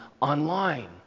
online